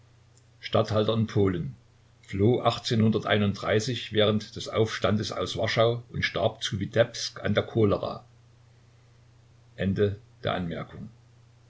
statthalter in polen während des aufstandes aus warschau und starb zu witebsk an der cholera